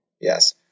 Yes